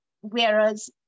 Whereas